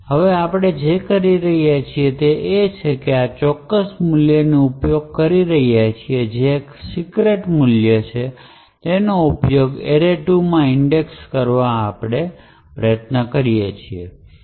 હવે આપણે જે કરી રહ્યા છીએ તે છે કે આપણે આ ચોક્કસ મૂલ્યનો ઉપયોગ કરી રહ્યા છીએ જે એક સીક્રેટ મૂલ્ય છે તેનો ઉપયોગ array2 માં ઇન્ડેક્સ કરવા કરીયે છીયે